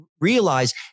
realize